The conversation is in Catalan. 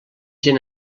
gent